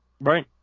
Right